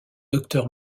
docteur